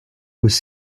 was